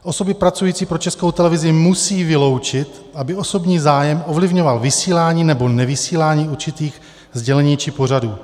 Osoby pracující pro Českou televizi musí vyloučit, aby osobní zájem ovlivňoval vysílání nebo nevysílání určitých sdělení či pořadů.